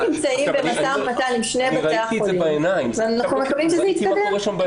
נמצאים במשא ומתן עם שני בתי החולים ואנחנו מקווים שזה יתקדם.